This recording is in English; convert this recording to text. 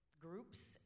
groups